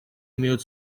имеют